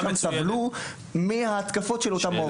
המורים שם סבלו מההתקפות של ההורים.